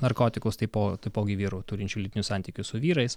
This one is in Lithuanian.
narkotikus taipo taipogi vyrų turinčių lytinių santykių su vyrais